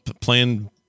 playing